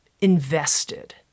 invested